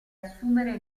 assumere